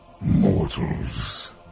Mortals